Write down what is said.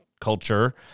culture